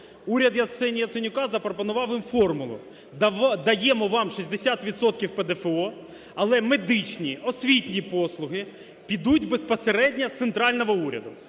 Яценюка запропонував їм формулу: даємо вам 60 відсотків ПДФО, але медичні, освітні послуги підуть безпосередньо з центрального уряду.